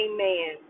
Amen